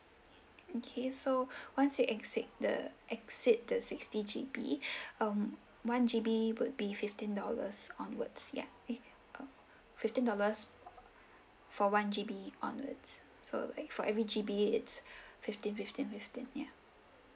okay so once you exceed the exceed the sixty G_B um one G_B would be fifteen dollars onwards yeah eh um fifteen dollars for one G_B onwards so like for every G_B it's fifteen fifteen fifteen yeah